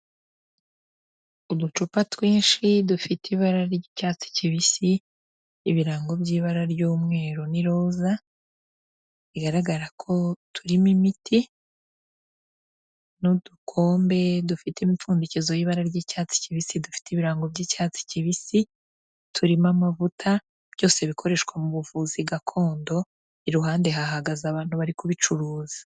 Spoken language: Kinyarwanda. Uducupa twinshi dufite ibara ry'icyatsi kibisi, ibirango by'ibara ry'umweru n'iroza bigaragara ko turimo imiti n'udukombe dufite imipfundikizo y'ibara ry'icyatsi kibisi dufite ibirango by'icyatsi kibisi, turimo amavuta byose bikoreshwa mu buvuzi gakondo, iruhande hahagaze abantu bari kubicuruza.